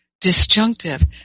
disjunctive